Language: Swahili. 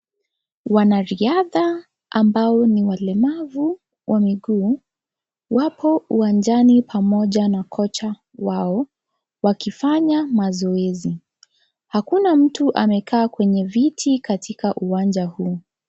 Wanariadha ambao ni walemavu wa miguu wako uwanjani pamoja na kocha wao wakifanya mazoezi. Hakuna mtu amekaa kwenye viti katika uwanja huu.